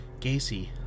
Gacy